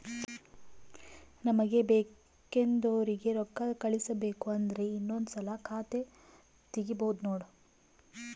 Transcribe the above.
ನಮಗೆ ಬೇಕೆಂದೋರಿಗೆ ರೋಕ್ಕಾ ಕಳಿಸಬೇಕು ಅಂದ್ರೆ ಇನ್ನೊಂದ್ಸಲ ಖಾತೆ ತಿಗಿಬಹ್ದ್ನೋಡು